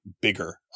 bigger